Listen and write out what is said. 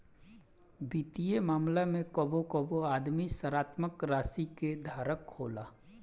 वित्तीय मामला में कबो कबो आदमी सकारात्मक राशि के धारक होला